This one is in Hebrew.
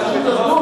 אתה כל כך צודק,